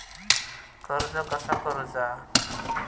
कर्ज कसा करूचा?